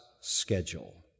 schedule